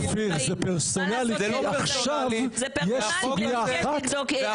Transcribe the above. אופיר, זה פרסונלי כי עכשיו יש סוגיה אחת.